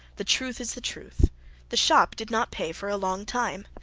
the truth is the truth the shop did not pay for a long time,